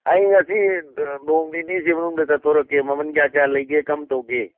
ꯑꯩ ꯉꯁꯤ ꯅꯣꯡ ꯅꯤꯅꯤ ꯁꯤꯒꯤ ꯃꯅꯨꯡꯗ ꯆꯠꯊꯣꯛꯂꯛꯀꯦ ꯃꯃꯜ ꯀꯌꯥ ꯀꯌꯥ ꯂꯩꯒꯦ ꯀꯔꯝ ꯇꯧꯒꯦ